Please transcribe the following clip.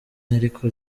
ariko